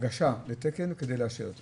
ההגשה לתקן כדי לאשר את זה.